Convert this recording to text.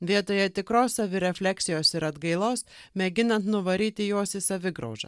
vietoje tikros savirefleksijos ir atgailos mėginant nuvaryti juos į savigraužą